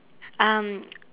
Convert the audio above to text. um